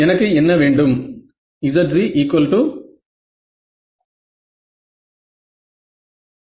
எனக்கு என்ன வேண்டும் Zg